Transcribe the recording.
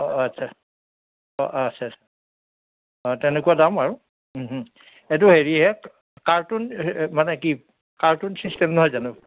অঁ আচ্ছা অঁ আচ্ছা আচ্ছা অঁ তেনেকুৱা দাম আৰু এইটো হেৰি হে কাৰ্টুন মানে কি কাৰ্টুন ছিষ্টেম নহয় জানো